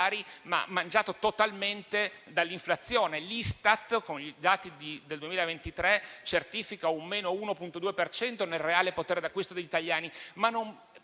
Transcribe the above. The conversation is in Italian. mangiata totalmente dall'inflazione: l'Istat con i dati del 2023 certifica un calo dell'1,2 per cento nel reale potere d'acquisto degli italiani.